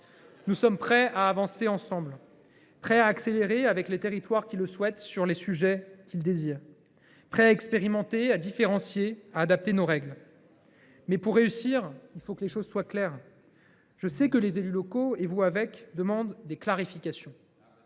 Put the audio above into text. Nous sommes prêts à avancer ensemble, prêts à accélérer, avec les territoires qui le souhaitent, sur les sujets qu’ils désirent, prêts à expérimenter, à différencier et à adapter nos règles ; mais, pour réussir, il faut que les choses soient claires. Je sais que les élus locaux, tout comme vous, demandent des clarifications